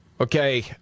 Okay